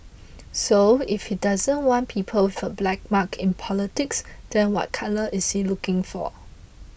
so if he doesn't want people with a black mark in politics then what colour is he looking for